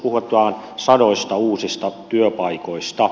puhutaan sadoista uusista työpaikoista